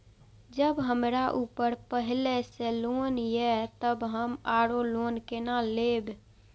जब हमरा ऊपर पहले से लोन ये तब हम आरो लोन केना लैब?